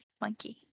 monkey